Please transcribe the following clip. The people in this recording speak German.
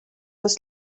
des